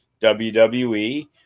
WWE